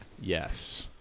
yes